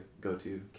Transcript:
go-to